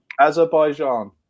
Azerbaijan